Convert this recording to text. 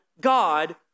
God